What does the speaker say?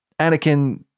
Anakin